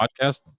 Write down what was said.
podcast